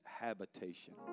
habitation